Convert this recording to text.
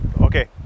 okay